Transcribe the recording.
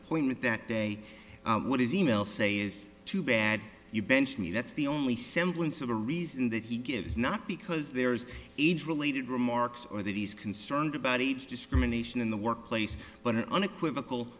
appointment that day what his email say is too bad you bench me that's the only semblance of a reason that he gives not because there's age related remarks or that he's concerned about age discrimination in the workplace but an unequivocal